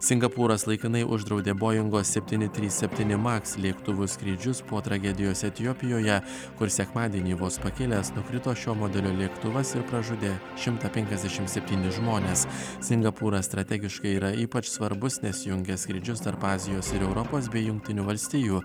singapūras laikinai uždraudė boingo septyni trys septyni maks lėktuvų skrydžius po tragedijos etiopijoje kur sekmadienį vos pakilęs nukrito šio modelio lėktuvas ir pražudė šimtą penkiasdešimt septynis žmones singapūras strategiškai yra ypač svarbus nes jungia skrydžius tarp azijos ir europos bei jungtinių valstijų